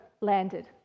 landed